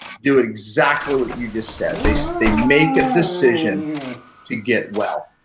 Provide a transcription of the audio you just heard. do exactly what you just said. they so they make a decision to get well.